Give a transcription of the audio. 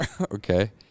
Okay